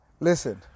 Listen